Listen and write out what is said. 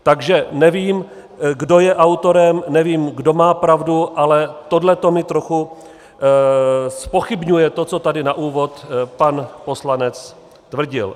Takže nevím, kdo je autorem, nevím, kdo má pravdu, ale tohle mi trochu zpochybňuje to, co tady na úvod pan poslanec tvrdil.